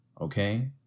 okay